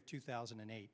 of two thousand and eight